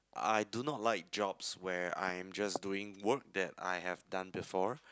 I do not like jobs where I am just doing work that I have done before